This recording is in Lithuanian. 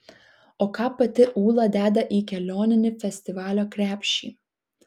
o ką pati ūla deda į kelioninį festivalio krepšį